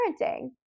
parenting